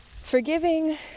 forgiving